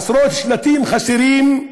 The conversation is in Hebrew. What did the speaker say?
עשרות שלטים חסרים,